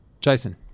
Jason